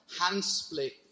hand-split